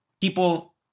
people